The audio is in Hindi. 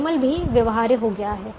प्राइमल भी व्यवहार्य हो गया है